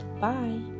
Bye